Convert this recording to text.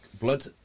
blood